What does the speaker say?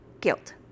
Guilt